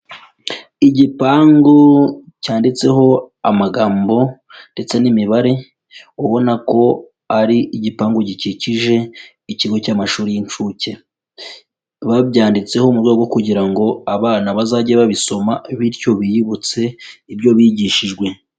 Igipangu cyanditseho amagambo ndetse n'imibare ubona ko ari igipangu gikikije ikigo cy'amashuri y'inshuke, babyanditseho mu rwego rwo kugira ngo abana bazajye babisoma bityo biyibutse ibyo bigishijwe.